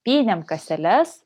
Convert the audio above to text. pynėm kaseles